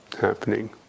happening